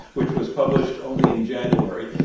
which was published only in january.